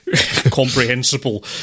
comprehensible